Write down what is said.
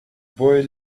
boy